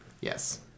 Yes